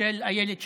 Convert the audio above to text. של אילת שקד,